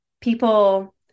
people